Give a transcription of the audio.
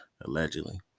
allegedly